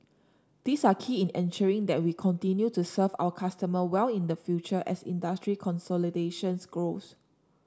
these are key in ensuring that we continue to serve our customer well in the future as industry consolidations grows